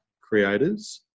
creators